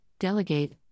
Delegate